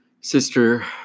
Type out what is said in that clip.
sister